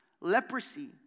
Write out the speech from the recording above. Leprosy